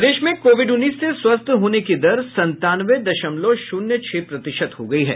प्रदेश में कोविड उन्नीस से स्वस्थ होने की दर संतानवे दशमलव शून्य छह प्रतिशत हो गई है